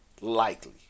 Likely